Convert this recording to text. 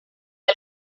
del